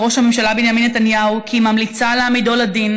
לראש הממשלה בנימין נתניהו כי היא ממליצה להעמידו לדין